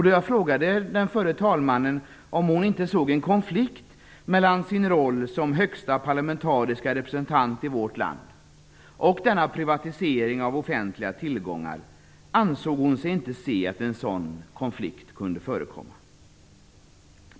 Då jag frågade förre talmannen om hon inte såg en konflikt mellan sin roll som högsta parlamentariska representant i vårt land och denna privatisering av offentliga tillgångar, svarade hon att hon inte kunde se någon konflikt förekomma.